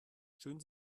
schön